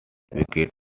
wicket